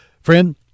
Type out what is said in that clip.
Friend